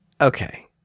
okay